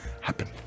happen